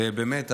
ובאמת,